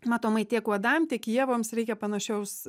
matomai tiek uodam tik ievoms reikia panašaus